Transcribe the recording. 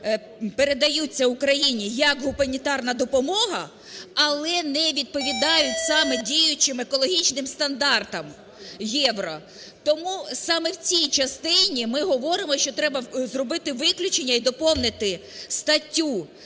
передаються Україні як гуманітарна допомога, але не відповідають саме діючим екологічним стандартам "Євро". Тому саме в цій частині ми говоримо, що треба зробити виключення і доповнити статтю